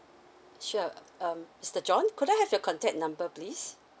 sure um mister john could I have your contact number please